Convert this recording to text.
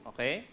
Okay